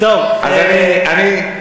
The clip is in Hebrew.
אז אני,